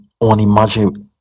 unimaginable